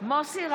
מוסי רז,